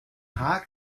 haag